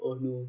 oh no